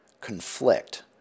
conflict